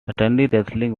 wrestling